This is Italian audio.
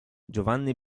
giovanni